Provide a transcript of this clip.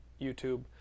YouTube